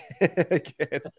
Again